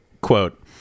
quote